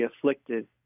afflicted